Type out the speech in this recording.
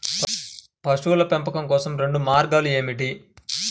పశువుల పెంపకం కోసం రెండు మార్గాలు ఏమిటీ?